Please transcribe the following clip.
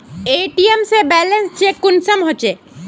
ATM से balance check कुंसम होचे?